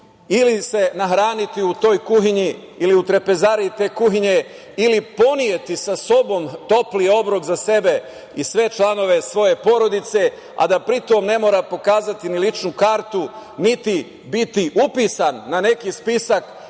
ili se nahraniti u toj kuhinji, ili u trpezariji te kuhinje, ili poneti sa sobom topli obrok za sebe i sve članove svoje porodice, a da pri tom ne mora pokazati ni ličnu kartu, niti biti upisan na neki